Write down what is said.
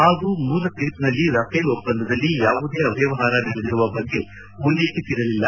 ಹಾಗೂ ಮೂಲ ತೀರ್ಪಿನಲ್ಲಿ ರಫೆಲ್ ಒಪ್ಪಂದದಲ್ಲಿ ಯಾವುದೇ ಅವ್ವವಹಾರ ನಡೆದಿರುವ ಬಗ್ಗೆ ಉಲ್ಲೇಖಿಸಿರಲಿಲ್ಲ